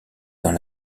dans